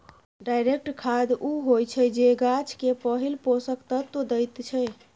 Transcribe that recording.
direct खाद उ होइ छै जे गाछ केँ पहिल पोषक तत्व दैत छै